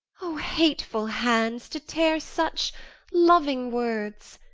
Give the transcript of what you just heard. o hateful hands, to tear such loving words!